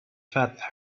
fat